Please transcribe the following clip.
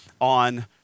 on